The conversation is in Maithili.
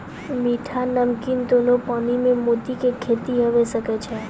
मीठा, नमकीन दोनो पानी में मोती के खेती हुवे सकै छै